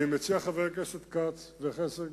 אני מציע, חבר הכנסת כץ וחבר הכנסת